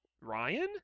Ryan